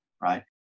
right